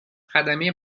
خدمه